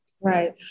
Right